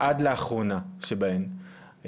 עד לאחרונה שבהן.